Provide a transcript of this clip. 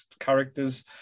characters